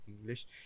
English